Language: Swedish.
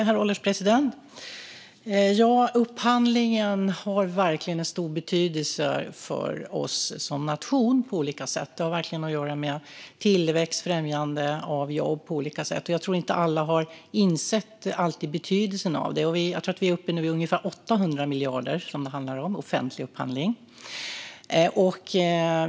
Herr ålderspresident! Upphandling har verkligen stor betydelse för oss som nation på olika sätt. Det har att göra tillväxtfrämjande av jobb. Jag tror inte att alla alltid inser betydelsen av det. Jag tror att vi är uppe i ungefär 800 miljarder i offentlig upphandling.